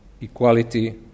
equality